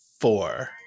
Four